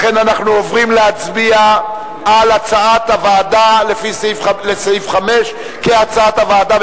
לכן אנחנו עוברים להצביע על סעיף 5 כהצעת הוועדה,